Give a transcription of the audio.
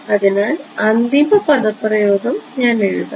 അതിനാൽ അന്തിമ പദപ്രയോഗം ഞാൻ എഴുതാം